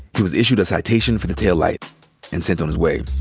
he was issued a citation for the taillight and sent on his way.